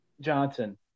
Johnson